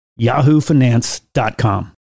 yahoofinance.com